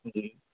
ਜੀ